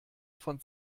von